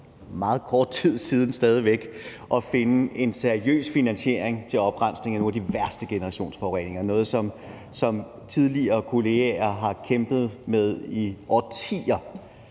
meget kort tid siden at finde en seriøs finansiering til oprensning af nogle af de værste generationsforureninger. Det er noget, som tidligere kollegaer har kæmpet med i årtier,